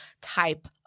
type